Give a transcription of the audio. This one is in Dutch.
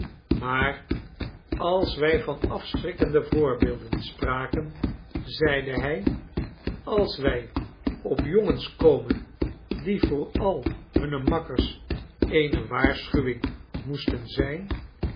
maar als wij van afschrikkende voorbeelden spraken zeide hij als wij op jongens komen die voor al hunne makkers eene waarschuwing moesten zijn